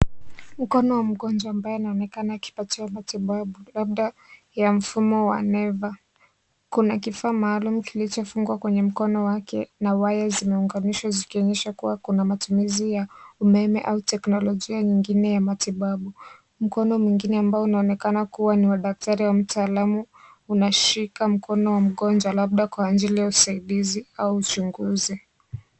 Mkono wa mgonjwa ambaye anaonekana akipatiwa matibabu labda ya mfumo wa neva kuna kifaa maalum kilichofungwa kwenye mkono wake na waya zimeunganishwa zikionyesha kuwa kuna matumizi ya umeme au teknolojia ingine ya matibabu. mkono mwingine ambao unaonekana kuwa wa daktari au mtaalamu unashika mkono wa mgonjwa labda kwa ajili ya usaidizi au uchunguzi.